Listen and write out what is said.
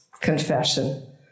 confession